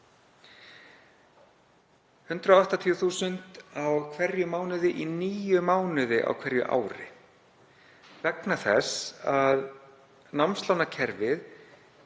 180.000 kr. á hverjum mánuði í níu mánuði á hverju ári vegna þess að námslánakerfið